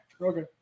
Okay